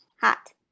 hot